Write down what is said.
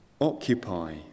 Occupy